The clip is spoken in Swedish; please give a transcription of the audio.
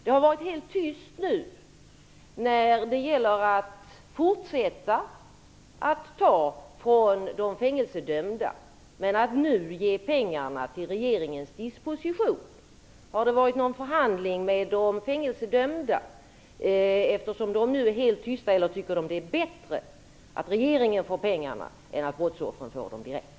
Det har nu varit helt tyst när det gäller att fortsätta att ta från de fängelsedömda, men att nu ge pengarna till regeringens disposition. Har det varit någon förhandling med de fängelsedömda, eftersom de nu är helt tysta, eller tycker de att det är bättre att regeringen får pengarna än att brottsoffren får dem direkt?